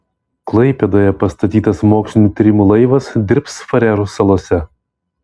klaipėdoje pastatytas mokslinių tyrimų laivas dirbs farerų salose